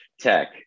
tech